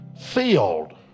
Filled